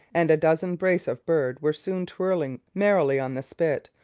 and a dozen brace of birds were soon twirling merrily on the spit,